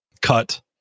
cut